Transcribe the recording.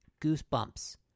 Goosebumps